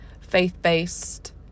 faith-based